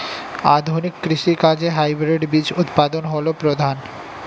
আধুনিক কৃষি কাজে হাইব্রিড বীজ উৎপাদন হল প্রধান